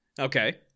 Okay